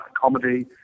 comedy